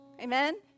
Amen